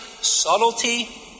subtlety